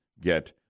get